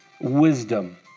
wisdom